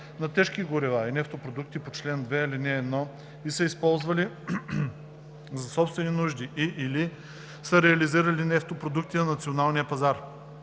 на тежки горива и нефтопродукти по чл. 2, ал. 1 и са използвали за собствени нужди и/или са реализирали нефтопродукти на националния пазар.